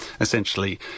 essentially